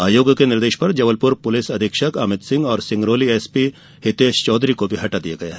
आयोग के निर्देश पर जबलपुर पुलिस अधीक्षक अमित सिंह और सिंगरौली एसपी हितेश चौधरी को भी हटा दिया गया है